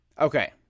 Okay